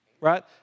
Right